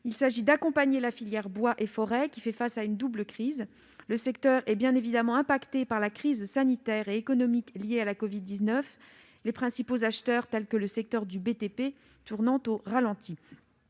également d'accompagner la filière bois et forêts, qui fait face à une double crise : le secteur est affecté par la crise sanitaire et économique liée à la covid-19, les principaux acheteurs, tels que le secteur du BTP, tournant au ralenti.